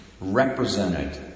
represented